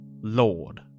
Lord